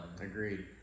Agreed